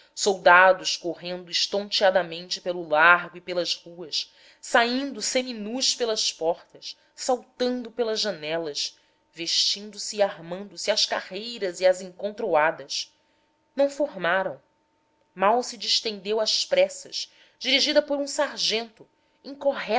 soldados correndo estonteadamente pelo largo e pelas ruas saindo seminus pelas portas saltando pelas janelas vestindo-se e armando se às carreiras e às encontroadas não formaram mas se distendeu às pressas dirigida por um sargento